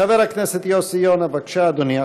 חבר הכנסת יוסי יונה, בבקשה, אדוני.